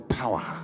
power